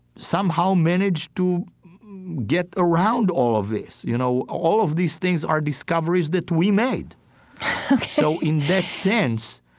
somehow manage to get around all of this. you know, all of these things are discoveries that we made ok so in that sense,